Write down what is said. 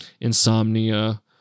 insomnia